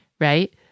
Right